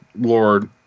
Lord